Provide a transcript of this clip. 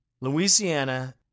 Louisiana